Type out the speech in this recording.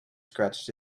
scratched